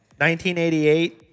1988